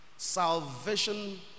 salvation